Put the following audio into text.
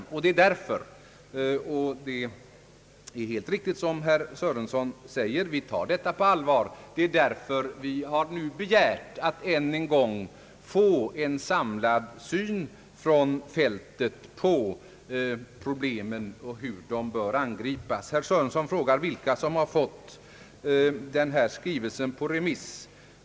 Det är av den anledningen vi har begärt — det är alldeles riktigt som herr Sörenson säger att vi tar denna fråga på allvar — att än en gång få en samlad syn från fältet på problemen och hur de bör angripas. Ang. utbildning i psykoterapi fått skrivelsen på remiss.